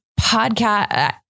podcast